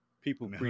people